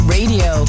Radio